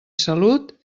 salut